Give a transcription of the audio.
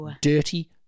Dirty